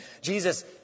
Jesus